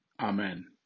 Amen